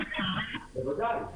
בוודאי.